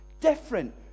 different